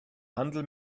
handel